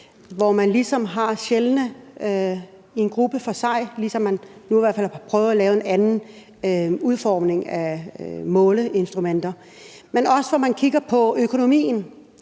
hvor man ligesom har sjældne sygdomme i en gruppe for sig, ligesom man i hvert fald nu har prøvet at lave en anden udformning af måleinstrumenter, men hvor man også kigger på økonomien?